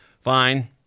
fine